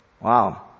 Wow